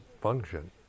function